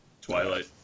Twilight